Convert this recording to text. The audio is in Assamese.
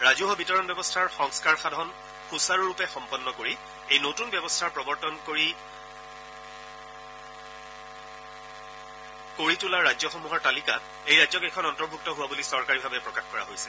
ৰাজহুৱা বিতৰণ ব্যৱস্থাৰ সংস্থাৰ সাধন সুচাৰুৰূপে সম্পন্ন কৰি এই নতুন ব্যৱস্থাৰ প্ৰৱৰ্তন কৰা ৰাজ্যসমূহৰ তালিকাত এই ৰাজ্যকেইখন অন্তৰ্ভূক্ত হোৱা বুলি চৰকাৰীভাৱে প্ৰকাশ কৰা হৈছে